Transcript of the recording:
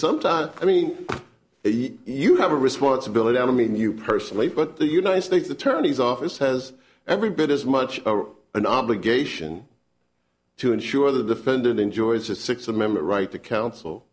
sometimes i mean you have a responsibility i mean you personally but the united states attorney's office has every bit as much an obligation to ensure the defendant enjoys the six remember right to counsel